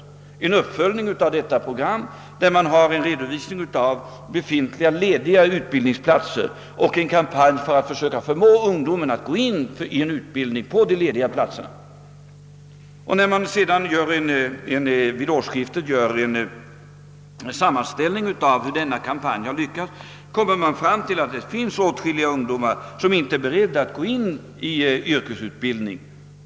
Nu sker en uppföljning av detta program med redovisning av lediga utbildningsplatser och en kampanj för att försöka förmå ungdomen att underkasta sig en utbildning med tanke på de lediga platserna. När det sedan vid årsskiftet gjordes en sammanställning av kampanjens resultat befanns det att åtskilliga ungdomar inte är beredda att yrkesutbilda sig.